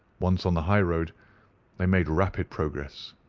once on the high road they made rapid progress.